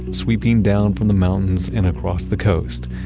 sweeping down from the mountains and across the coast.